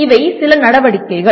இவை சில நடவடிக்கைகள்